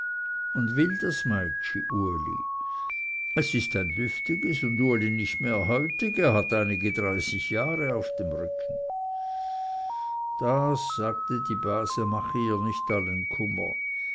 und will das meitschi uli es ist ein lüftiges und uli nicht mehr heutig er hat einige dreißig jahre auf dem rücken das sagte die base mache ihr nicht allen kummer